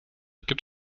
gibt